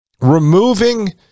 removing